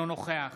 נוכח